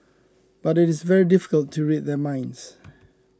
but it is very difficult to read their minds